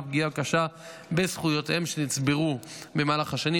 פגיעה קשה בזכויותיהם שנצברו במהלך השנים.